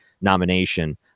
nomination